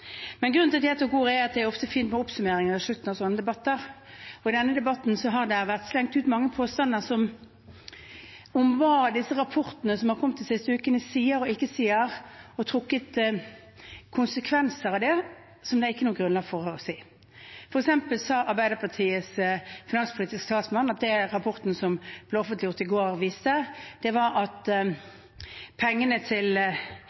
Men grunnen til at jeg tok ordet, er at det ofte er fint med oppsummeringer i slutten av sånne debatter. Og i denne debatten har det vært slengt ut mange påstander om hva disse rapportene som har kommet de siste ukene, sier og ikke sier, og det har vært trukket konsekvenser av det som det ikke er noe grunnlag for. For eksempel sa Arbeiderpartiets finanspolitiske talsmann at det den rapporten som ble offentliggjort i går, viste, var at de skattelettelsene som var gitt, var skattelettelser som bare gikk til